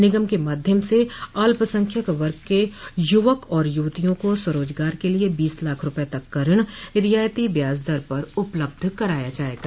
निगम के माध्यम से अल्पसंख्यक वर्ग के युवक और युवतियों को स्वरोजगार के लिये बीस लाख रूपये तक का ऋण रियायती ब्याज दर पर उपलब्ध कराया जायेगा